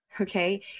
Okay